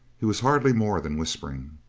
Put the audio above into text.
he was hardly more than whispering.